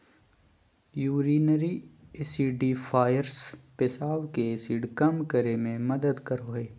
urinary acidifiers पेशाब के acid कम करे मे मदद करो हय